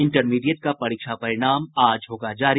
intermediate का परीक्षा परिणाम आज होगा जारी